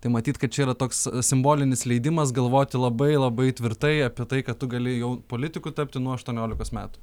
tai matyt kad čia yra toks simbolinis leidimas galvoti labai labai tvirtai apie tai kad tu gali jau politiku tapti nuo aštuoniolikos metų